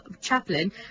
chaplain